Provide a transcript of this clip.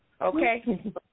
Okay